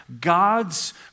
God's